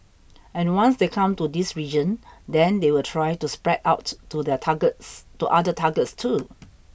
and once they come to this region then they will try to spread out to the targets to other targets too